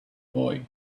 boy